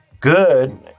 good